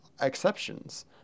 exceptions